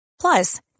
Plus